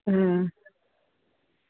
अं